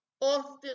often